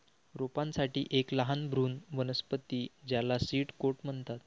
रोपांसाठी एक लहान भ्रूण वनस्पती ज्याला सीड कोट म्हणतात